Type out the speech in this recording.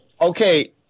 okay